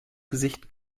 gesicht